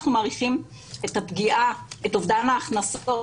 אנחנו מעריכים את אובדן ההכנסות